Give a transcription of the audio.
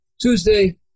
Tuesday